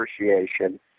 appreciation